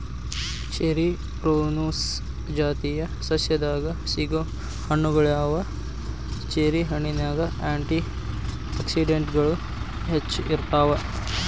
cherry ಪ್ರೂನುಸ್ ಜಾತಿಯ ಸಸ್ಯದಾಗ ಸಿಗೋ ಹಣ್ಣುಗಳಗ್ಯಾವ, ಚೆರಿ ಹಣ್ಣಿನ್ಯಾಗ ಆ್ಯಂಟಿ ಆಕ್ಸಿಡೆಂಟ್ಗಳು ಹೆಚ್ಚ ಇರ್ತಾವ